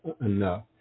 enough